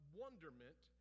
wonderment